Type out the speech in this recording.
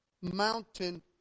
mountain